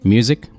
Music